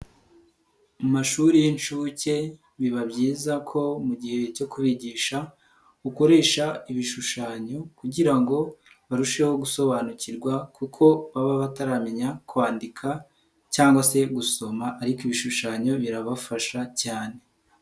Mu mashuri y'inshuke biba byiza ko mu gihe cyo kubigisha, ukoresha ibishushanyo kugira ngo barusheho gusobanukirwa kuko baba bataramenya kwandika cyangwa se gusoma ariko ibishushanyo birabafasha cyane.